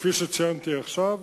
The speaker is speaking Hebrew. וכפי שציינתי עכשיו,